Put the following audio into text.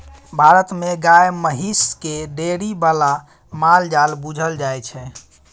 भारत मे गाए महिष केँ डेयरी बला माल जाल बुझल जाइ छै